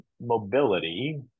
mobility